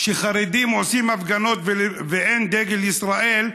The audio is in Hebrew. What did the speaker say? כשחרדים עושים הפגנות ואין דגל ישראל,